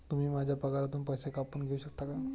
तुम्ही माझ्या पगारातून पैसे कापून घेऊ शकता का?